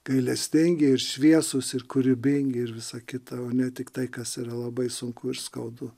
gailestingi ir šviesūs ir kūrybingi ir visa kita o ne tik tai kas yra labai sunku ir skaudu